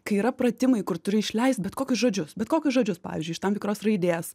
kai yra pratimai kur turi išleist bet kokius žodžius bet kokius žodžius pavyzdžiui iš tam tikros raidės